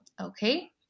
okay